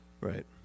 Right